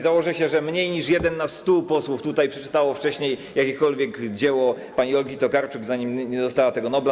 Założę się, że mniej niż jeden na 100 posłów przeczytał wcześniej jakiekolwiek dzieło pani Olgi Tokarczuk, zanim nie dostała tego Nobla.